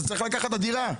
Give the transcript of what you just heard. אז צריך לקחת את הדירה.